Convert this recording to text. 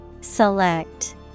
Select